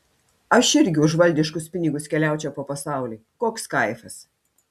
aš irgi už valdiškus pinigus keliaučiau po pasaulį koks kaifas